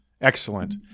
Excellent